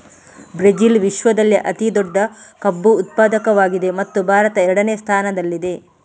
Brazil ವಿಶ್ವದಲ್ಲೇ ಅತಿ ದೊಡ್ಡ ಕಬ್ಬು ಉತ್ಪಾದಕವಾಗಿದೆ ಮತ್ತು ಭಾರತ ಎರಡನೇ ಸ್ಥಾನದಲ್ಲಿದೆ